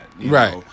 Right